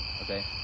Okay